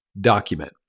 document